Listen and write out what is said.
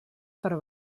per